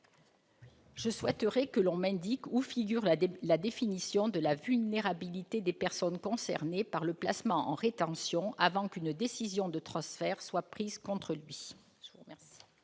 Je souhaiterais que l'on m'indique où figure la définition de la vulnérabilité des personnes concernées par le placement en rétention avant qu'une décision de transfert ne soit prise contre elles.